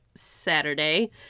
saturday